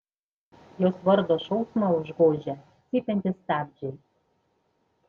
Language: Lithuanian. jos vardo šauksmą užgožia cypiantys stabdžiai